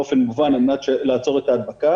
באופן מובן על מנת לעצור את ההדבקה,